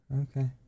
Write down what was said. Okay